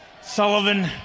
Sullivan